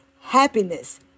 happiness